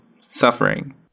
suffering